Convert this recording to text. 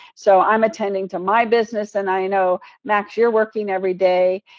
so, i'm attending to my business and i know, max, you're working every day.